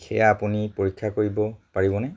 সেয়া আপুনি পৰীক্ষা কৰিব পাৰিবনে